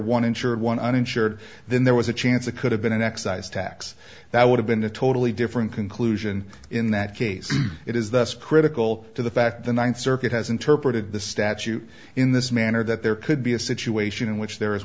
one insured one uninsured then there was a chance it could have been an excise tax that would have been a totally different conclusion in that case it is thus critical to the fact the ninth circuit has interpreted the statute in this manner that there could be a situation in which there